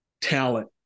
talent